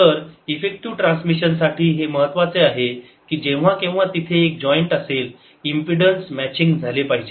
तर effective transmission साठी हे महत्वाचे आहे की जेव्हा केव्हा तिथे एक जॉईंट असेल इम्पेडन्स मॅचिंग झाले पाहिजे